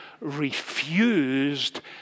refused